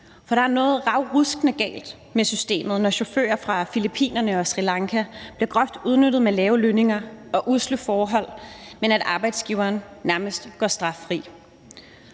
for der er noget ravruskende galt med systemet, når chauffører fra Filippinerne og Sri Lanka bliver groft udnyttet med lave lønninger og usle forhold, men at arbejdsgiveren nærmest går straffri.